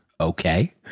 okay